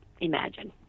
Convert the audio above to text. imagine